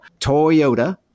Toyota